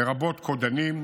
לרבות קודנים,